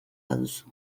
baduzu